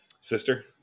Sister